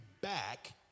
back